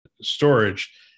storage